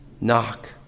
knock